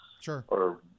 Sure